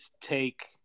take